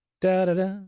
Da-da-da